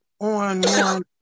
on